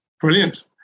Brilliant